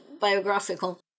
biographical